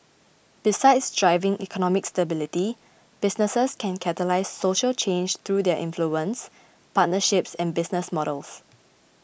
besides driving economic stability businesses can catalyse social change through their influence partnerships and business models